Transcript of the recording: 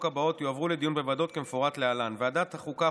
הבאות יועברו לדיון בוועדה כמפורט להלן: ועדת החוקה,